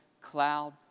cloud